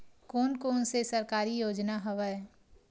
कोन कोन से सरकारी योजना हवय?